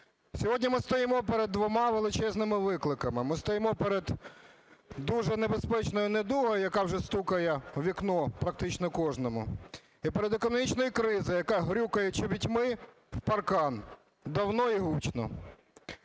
Сьогодні ми стоїмо перед двома величезними викликами. Ми стоїмо перед дуже небезпечною недугою, яка вже стукає у вікно практично кожному; і перед економічною кризою, яка грюкає чобітьми в паркан давно і гучно.